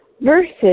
versus